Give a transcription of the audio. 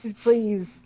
Please